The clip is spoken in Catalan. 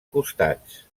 costats